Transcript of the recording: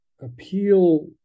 appeal